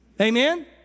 Amen